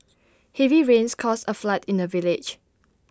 heavy rains caused A flood in the village